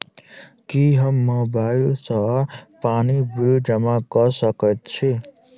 की हम मोबाइल सँ पानि बिल जमा कऽ सकैत छी?